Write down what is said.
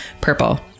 purple